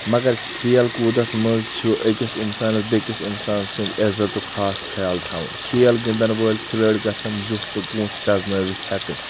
مگر کھیل کودس منٛز چھُ أکِس انسانس بیٚکِس انسان سٕنٛدۍ عزَتُک خاص خیال تھاوُن کھیل گنٛدان وٲلۍ کھلٲڑۍ گژھن زیُٹھ تہٕ کوٗنٛژھ پرزناوِتھ ہیٚکٕنۍ